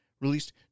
released